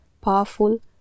Powerful